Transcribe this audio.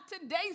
today